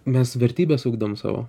mes vertybes ugdom savo